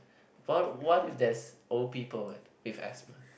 what what if there's old people with asthma